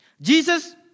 Jesus